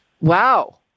Wow